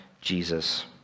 Jesus